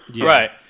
Right